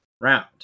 round